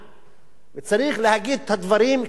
וצריך להגיד את הדברים כפי שהם.